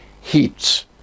heats